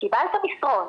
קיבלת מסרון,